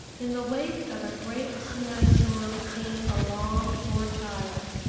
in the wake of a great snow-storm came the longed-for child,